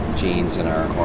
genes and our